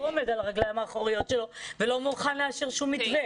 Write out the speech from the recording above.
הוא עומד על הרגליים האחוריות שלו ולא מוכן לאשר שום מתווה.